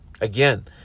Again